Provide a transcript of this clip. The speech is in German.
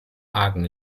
argen